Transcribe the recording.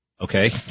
Okay